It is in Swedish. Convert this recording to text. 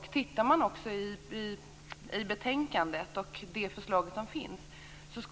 Av betänkandet framgår att förslaget innebär